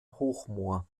hochmoor